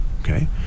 okay